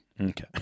Okay